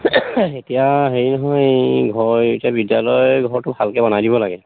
এতিয়া হেৰি নহয় এই ঘৰ এতিয়া বিদ্যালয়ৰ ঘৰটো ভালকৈ বনাই দিব লাগে